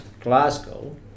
Glasgow